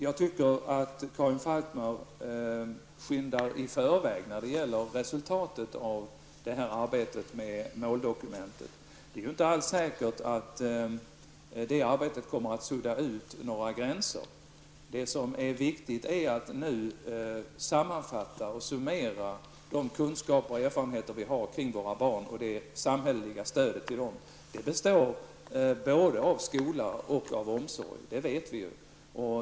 Jag tycker att Karin Falkmer skyndar i förväg när det gäller resultatet av arbetet med måldokumentet i fråga. Det är inte alls säkert att det arbetet kommer att innebära att gränser suddas ut. Det viktiga nu är att sammanfatta, summera, de kunskaper och erfarenheter som finns beträffande barnen och det samhälleliga stödet till dessa. Det handlar då om både skolan och omsorgen, det vet vi ju.